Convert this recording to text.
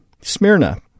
Smyrna